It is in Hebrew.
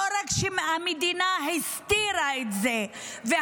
לא רק שהמדינה הסתירה את זה והממשלה